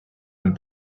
him